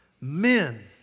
Men